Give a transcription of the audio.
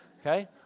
Okay